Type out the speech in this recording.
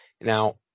Now